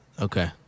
Okay